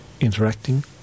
interacting